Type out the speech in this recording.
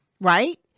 right